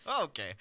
okay